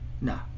No